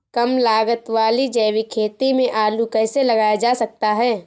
कम लागत वाली जैविक खेती में आलू कैसे लगाया जा सकता है?